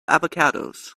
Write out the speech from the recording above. avocados